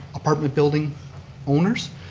apartment building owners.